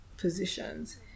positions